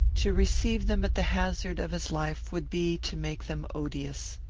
to receive them at the hazard of his life would be to make them odious.